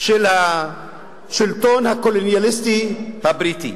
של השלטון הקולוניאליסטי הבריטי.